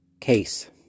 case